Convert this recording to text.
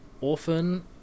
orphan